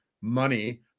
money